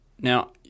Now